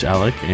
Alec